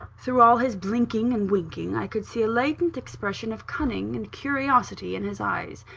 through all his blinking and winking, i could see a latent expression of cunning and curiosity in his eyes.